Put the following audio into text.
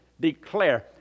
declare